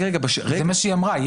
זה מה שהיא אמרה.